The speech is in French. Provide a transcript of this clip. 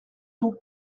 tôt